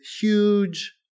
huge